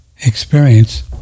experience